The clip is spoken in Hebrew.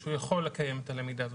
שהוא יכול לקיים את הלמידה הזו,